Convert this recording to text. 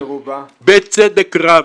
בצדק רב,